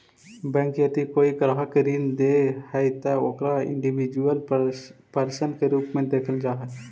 bank यदि कोई ग्राहक के ऋण दे हइ त ओकरा इंडिविजुअल पर्सन के रूप में देखल जा हइ